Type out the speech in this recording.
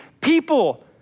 people